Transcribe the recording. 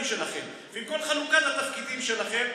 שלכם ועם כל חלוקת התפקידים שלכם,